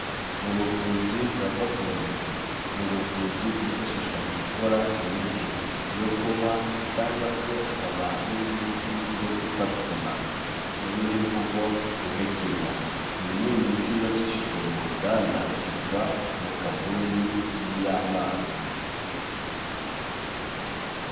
Mu buvuzi bwa gakondo ni ubuvuzi bwifashishwa mu gukora imiti yo kunywa cyangwa se akaba ari n'imiti yo gutapfuna mu yindi mvugo guhekenya, iyi ni imiti yacishijwe mu ruganda ishyirwa mu kabuni n'iy'amazi.